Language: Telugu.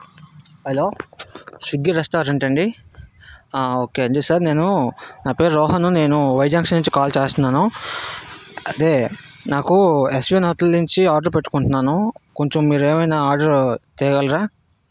హలో స్విగ్గీ రెస్టారెంటా అండి ఆ ఓకే అండి సార్ నేను నా పేరు రోహన్ నేను వైజాగ్ నుంచి కాల్ చేస్తున్నాను అదే నాకు యశ్విన్ హోటల్ నుంచి ఆర్డర్ పెట్టుకుంటున్నాను కొంచెం మీరు ఏమైనా ఆర్డర్ తేగలరా